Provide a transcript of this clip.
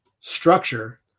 structure